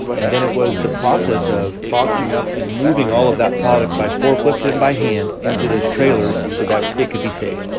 and then it was the process of boxing up and moving all of that product by forklift and by hand into those trailers so that it could be saved.